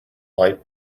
light